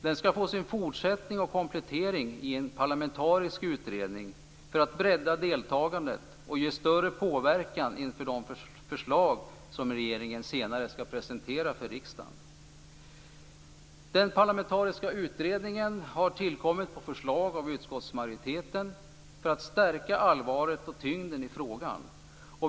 Den skall få sin fortsättning och komplettering i en parlamentarisk utredning för att bredda deltagandet och ge en större påverkan inför de förslag som regeringen senare skall presentera för riksdagen. Den parlamentariska utredningen har tillkommit på förslag av utskottsmajoriteten för att stärka allvaret och tyngden i frågan.